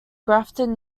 grafton